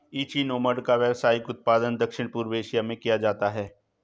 echinoderm का व्यावसायिक उत्पादन दक्षिण पूर्व एशिया में किया जाता है